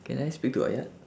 can I speak to ayat